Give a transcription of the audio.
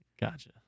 Gotcha